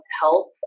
help